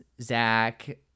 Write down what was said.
zach